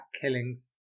killings